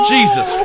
Jesus